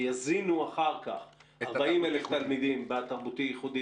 שיזינו אחר כך 40,000 תלמידים בתרבותי-ייחודי